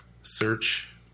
search